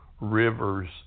rivers